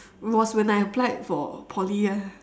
was when I applied for poly eh